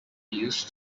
used